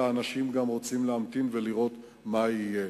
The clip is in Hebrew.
אלא שאנשים גם רוצים להמתין ולראות מה יהיה.